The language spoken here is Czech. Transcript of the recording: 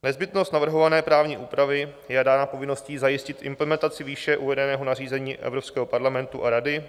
Nezbytnost navrhované právní úpravy je dána povinností zajistit implementaci výše uvedeného nařízení Evropského parlamentu a Rady 2019/1381.